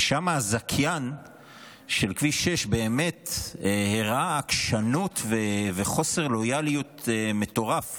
ושם הזכיין של כביש 6 באמת הראה עקשנות וחוסר לויאליות מטורף